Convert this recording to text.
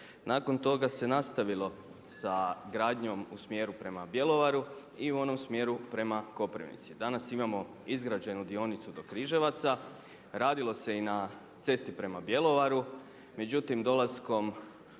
Nakon toga se nastavilo sa gradnjom u smjeru prema Bjelovaru i u onom smjeru prema Koprivnici. Danas imamo izgrađenu dionicu do Križevaca. Radilo se i na cesti prema Bjelovaru, međutim dolaskom